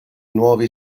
nuovi